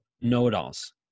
know-it-alls